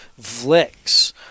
Vlix